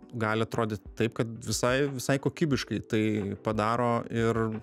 gali atrodyt taip kad visai visai kokybiškai tai padaro ir